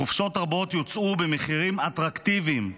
חופשות רבות יוצעו במחירים אטרקטיביים,